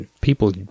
People